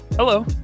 Hello